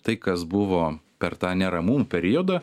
tai kas buvo per tą neramumų periodą